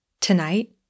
tonight